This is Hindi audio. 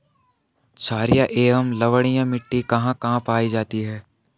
छारीय एवं लवणीय मिट्टी कहां कहां पायी जाती है?